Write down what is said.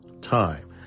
time